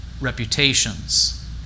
reputations